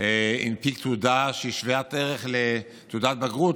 הנפיק תעודה שהיא שוות ערך לתעודת בגרות